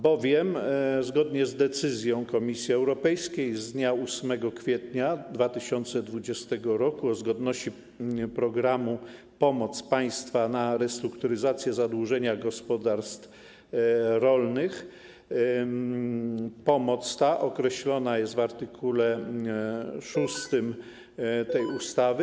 Bowiem zgodnie z decyzją Komisji Europejskiej z dnia 8 kwietnia 2020 r. o zgodności programu „Pomoc państwa na restrukturyzację zadłużenia gospodarstw rolnych” pomoc ta określona jest w art. 6 tej ustawy.